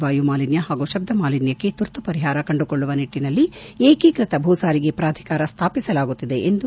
ವಾಯುಮಾಲಿನ್ದ ಹಾಗೂ ಶಬ್ದಮಾಲಿನ್ದಕ್ಕೆ ತುರ್ತು ಪರಿಹಾರ ಕಂಡುಕೊಳ್ಳುವ ನಿಟ್ಟನಲ್ಲಿ ಏಕೀಕೃತ ಭೂಸಾರಿಗೆ ಪ್ರಾಧಿಕಾರ ಸ್ವಾಪಿಸಲಾಗುತ್ತಿದೆ ಎಂದು ಎಚ್